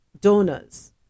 donors